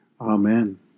Amen